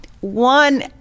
One